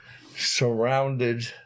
surrounded